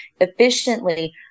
efficiently